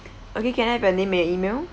okay can have your name and email